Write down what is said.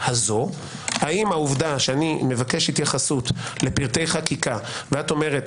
האם העובדה שאני מבקש התייחסות לפרטי חקיקה ואת אומרת: